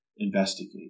investigate